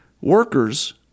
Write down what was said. workers